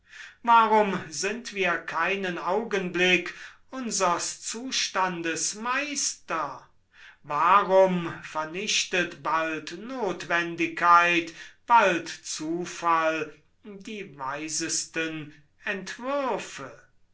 warum sind wir keinen augenblick unsers zustandes meister warum vernichtet bald notwendigkeit bald zufall die weisesten entwürfe